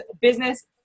business